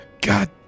God